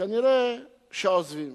כנראה שעוזבים,